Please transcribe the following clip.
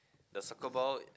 the soccer ball